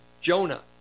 Jonah